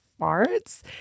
farts